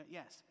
yes